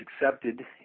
accepted